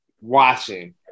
watching